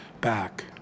back